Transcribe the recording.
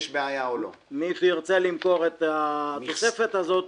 -- מי שירצה למכור את התוספת הזו,